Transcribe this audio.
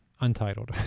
Untitled